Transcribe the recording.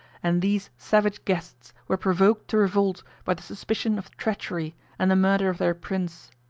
and these savage guests were provoked to revolt by the suspicion of treachery and the murder of their prince.